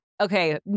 Okay